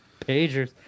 Pagers